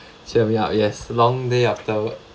cheer me up yes long day after work